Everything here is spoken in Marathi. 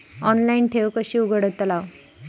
ऑनलाइन ठेव कशी उघडतलाव?